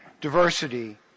diversity